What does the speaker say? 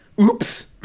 Oops